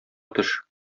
төш